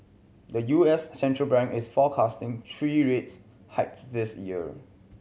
the U S central bank is forecasting three rates hikes this year